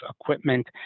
equipment